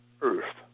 earth